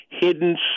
hidden